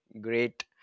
great